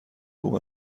خوب